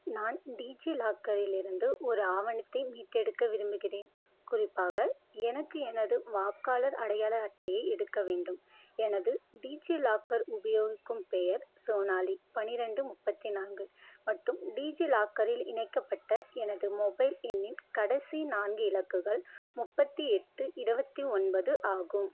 நான் டீஜிலாக்கரில் இருந்து ஒரு ஆவணத்தை மீட்டெடுக்க விரும்புகிறேன் குறிப்பாக எனக்கு எனது வாக்காளர் அடையாள அட்டையை எடுக்க வேண்டும் எனது டீஜிலாக்கர் உபயோகிக்கும் பெயர் சோனாலி பன்னிரெண்டு முப்பத்தி நான்கு மற்றும் டீஜிலாக்கரில் இணைக்கப்பட்ட எனது மொபைல் எண்ணின் கடைசி நான்கு இலக்குகள் முப்பத்தி எட்டு இருபத்தி ஒன்பது ஆகும்